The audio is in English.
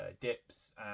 dips